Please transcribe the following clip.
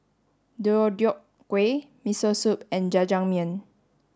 Deodeok Gui Miso Soup and Jajangmyeon